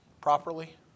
properly